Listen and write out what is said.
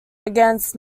against